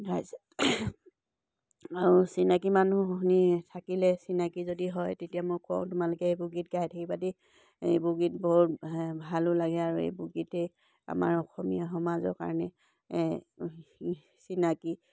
আৰু চিনাকী মানুহ শুনি থাকিলে চিনাকি যদি হয় তেতিয়া মই কওঁ তোমালোকে এইবোৰ গীত গাই থাকিবা দেই এইবোৰ গীত বৰ ভালো লাগে আৰু এইবোৰ গীতে আমাৰ অসমীয়া সমাজৰ কাৰণে এই চিনাক